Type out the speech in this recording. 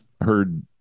heard